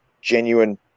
genuine